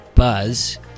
buzz